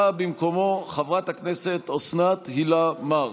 באה במקומו חברת הכנסת אוסנת הילה מארק.